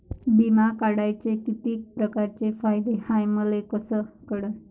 बिमा काढाचे कितीक परकारचे फायदे हाय मले कस कळन?